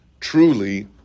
truly